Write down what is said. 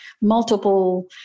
multiple